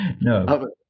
No